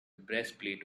breastplate